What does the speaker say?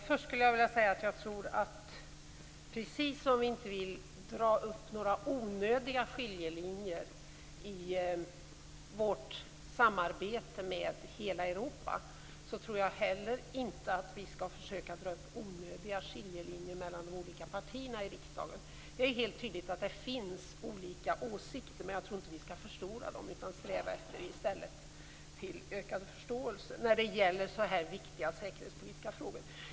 Herr talman! Först vill jag säga att precis som vi inte vill dra upp några onödiga skiljelinjer i vårt samarbete med hela Europa, tror jag att vi inte heller skall försöka att dra upp onödiga skiljelinjer mellan de olika partierna i riksdagen. Det är ju helt tydligt att det finns olika åsikter, men jag tycker inte att vi skall förstora dem utan i stället sträva efter ökad förståelse när det gäller så här viktiga säkerhetspolitiska frågor.